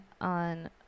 on